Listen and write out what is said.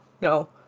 no